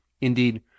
Indeed